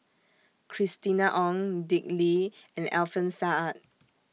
Christina Ong Dick Lee and Alfian Sa'at